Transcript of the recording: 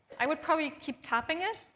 i would probably keep tapping it,